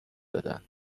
دادن